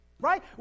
Right